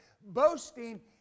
boasting